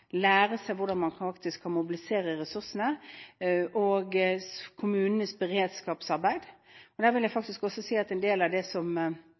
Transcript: lære seg hvordan man kan mobilisere ressursene og kommunenes beredskapsarbeid.